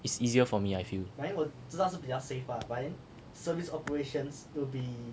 it's easier for me I feel